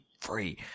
free